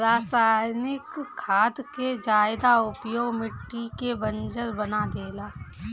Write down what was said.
रासायनिक खाद के ज्यादा उपयोग मिट्टी के बंजर बना देला